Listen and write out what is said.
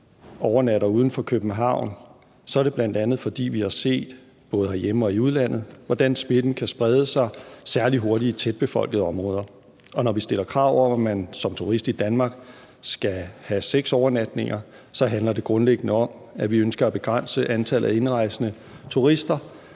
overnatter uden for København, er det bl.a., fordi vi har set, både herhjemme og i udlandet, hvordan smitten særlig hurtigt i tæt befolkede områder kan sprede sig. Og når vi stiller krav om, at man som turist i Danmark skal have seks overnatninger, handler det grundlæggende om, at vi ønsker at begrænse antallet af indrejsende turister,